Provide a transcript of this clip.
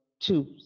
Two